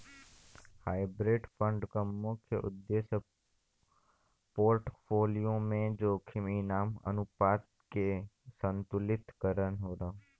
hybrid fund क मुख्य उद्देश्य पोर्टफोलियो में जोखिम इनाम अनुपात के संतुलित करना हौ